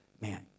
Man